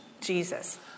Jesus